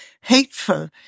hateful